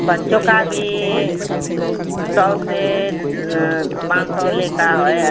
बच्चों का भी सौ से पाँच सौ लेकर